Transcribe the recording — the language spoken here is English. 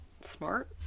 smart